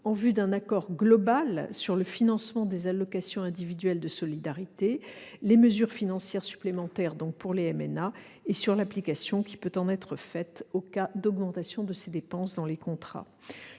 en vue d'un accord global sur le financement des allocations individuelles de solidarité, les mesures financières supplémentaires pour les MNA et sur l'application qui peut en être faite en cas d'augmentation de ces dépenses dans les contrats.